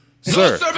Sir